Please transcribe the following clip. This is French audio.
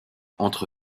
entre